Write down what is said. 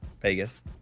vegas